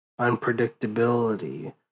unpredictability